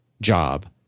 job